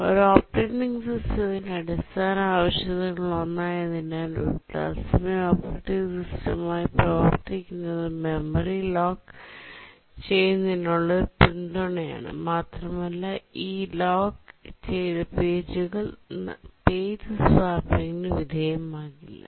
ഒരു ഓപ്പറേറ്റിംഗ് സിസ്റ്റത്തിന്റെ അടിസ്ഥാന ആവശ്യകതകളിലൊന്നായതിനാൽ ഒരു തത്സമയ ഓപ്പറേറ്റിംഗ് സിസ്റ്റമായി പ്രവർത്തിക്കുന്നത് മെമ്മറി ലോക്ക് ചെയ്യുന്നതിനുള്ള ഒരു പിന്തുണയാണ് മാത്രമല്ല ഈ ലോക്ക് ചെയ്ത പേജുകൾ പേജ് സ്വാപ്പിംഗിന് വിധേയമാകില്ല